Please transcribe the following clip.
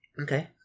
Okay